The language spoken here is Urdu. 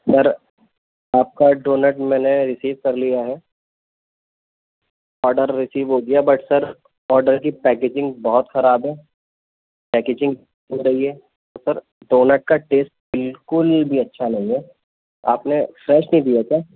سر آپ کا ڈونٹ میں نے ریسیو کر لیا ہے آڈر ریسیو ہو گیا بٹ سر آڈر کی پیکیجنگ بہت خراب ہے پیکیجنگ ہو رہی ہے سر ڈونٹ کا ٹیسٹ بالکل بھی اچھا نہیں ہے آپ نے فریش نہیں دیا تھا